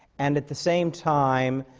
and at the same time,